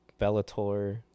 Bellator